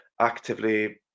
actively